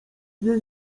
jej